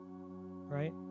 right